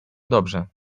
dobrze